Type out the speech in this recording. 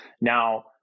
Now